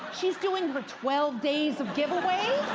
she's doing her twelve days of giveaways.